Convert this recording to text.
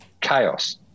Chaos